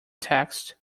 text